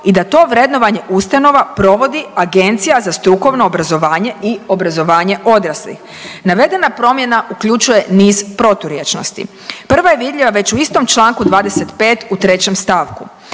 i da to vrednovanje ustanova provodi Agencija za strukovno obrazovanje i obrazovanje odraslih. Navedena promjena uključuje niz proturječnosti. Prva je vidljiva već u istom čl. 25. u 3. st.,